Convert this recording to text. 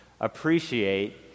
appreciate